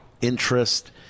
interest